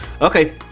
okay